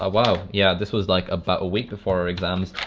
ah wow. yeah. this was like about a week before our exams.